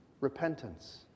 Repentance